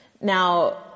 Now